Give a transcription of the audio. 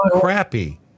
crappy